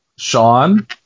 Sean